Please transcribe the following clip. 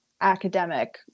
academic